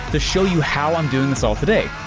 to show you how i'm doing this all today.